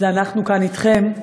זה אנחנו כאן אתכם,